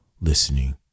listening